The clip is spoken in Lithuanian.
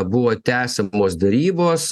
buvo tęsiamos derybos